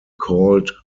called